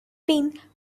been